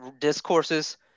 discourses